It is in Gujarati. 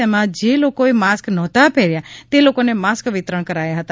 તેમાં જે લોકોએ માસ્ક નહોતા પહેર્યા તે લોકોને માસ્ક વિતરણ કરાયા હતા